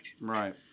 Right